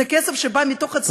זה כסף שבא מתוך הציבור.